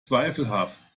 zweifelhaft